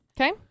okay